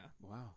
Wow